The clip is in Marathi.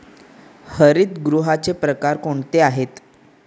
हरितगृहाचे प्रकार कोणते आहेत?